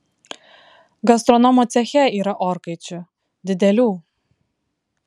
gastronomo ceche yra orkaičių didelių